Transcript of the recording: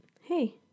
Hey